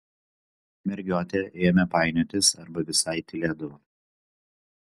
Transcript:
mergiotė ėmė painiotis arba visai tylėdavo